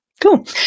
Cool